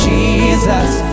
Jesus